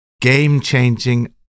game-changing